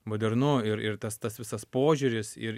modernu ir ir tas tas visas požiūris ir